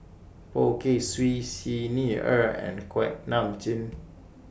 Poh Kay Swee Xi Ni Er and Kuak Nam Jin